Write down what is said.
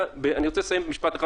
אני רוצה לסיים במשפט אחד.